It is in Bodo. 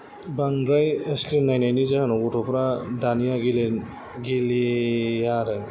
बांद्राय स्क्रिन नायनायनि जाहोनाव गथ'फोरा दानिया गेले गेलेया आरो